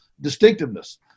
distinctiveness